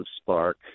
spark